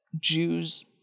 Jews